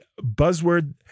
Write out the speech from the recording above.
buzzword